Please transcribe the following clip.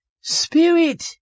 spirit